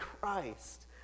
Christ